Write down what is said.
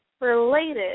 related